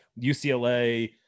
UCLA